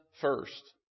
first